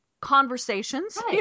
conversations